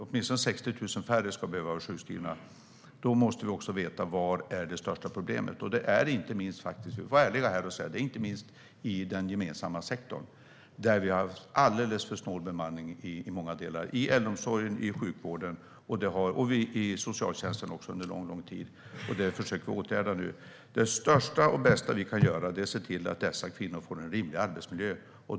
Åtminstone 60 000 färre ska behöva vara sjukskrivna, men då måste vi veta vad som är det största problemet. Vi ska vara ärliga och säga att det är inte minst den gemensamma sektorn. Där är bemanningen alldeles för snål i många delar - i äldreomsorgen, i sjukvården och i socialtjänsten. Det försöker vi åtgärda. Det största och bästa vi kan göra är att se till att dessa kvinnor får en rimlig arbetsmiljö.